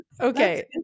okay